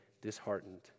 disheartened